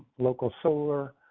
local, solar.